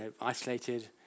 isolated